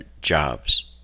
jobs